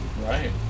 Right